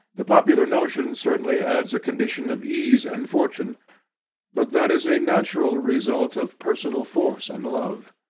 the popular notion certainly adds a condition of ease and fortune but that is a natural result of personal force and love,